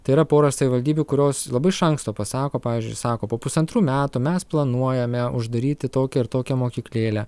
tai yra pora savivaldybių kurios labai iš anksto pasako pavyzdžiui sako po pusantrų metų mes planuojame uždaryti tokią ir tokią mokyklėlę